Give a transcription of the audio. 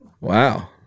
Wow